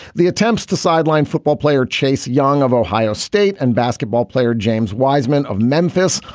the attempts to sideline football player chase young of ohio state and basketball player james wiseman of memphis.